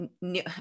new